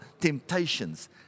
temptations